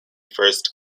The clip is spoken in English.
first